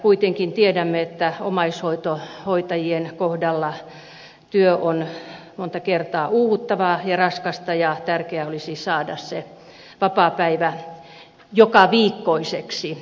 kuitenkin tiedämme että omaishoitajien kohdalla työ on monta kertaa uuvuttavaa ja raskasta ja tärkeää olisi saada se vapaapäivä jokaviikkoiseksi